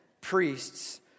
priests